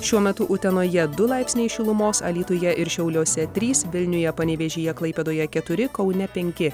šiuo metu utenoje du laipsniai šilumos alytuje ir šiauliuose trys vilniuje panevėžyje klaipėdoje keturi kaune penki